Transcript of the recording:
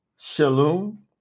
Shalom